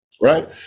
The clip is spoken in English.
right